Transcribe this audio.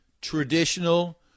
traditional